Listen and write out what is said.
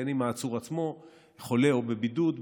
בין אם העצור עצמו חולה או בבידוד,